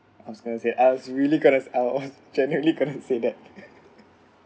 I was going to say I was really going to I was generally going to say that